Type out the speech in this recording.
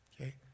Okay